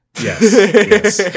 Yes